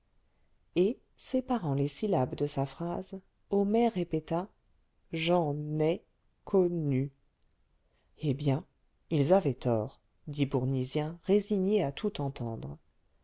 et séparant les syllabes de sa phrase homais répéta j'en ai connu eh bien ils avaient tort dit bournisien résigné à tout entendre